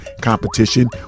competition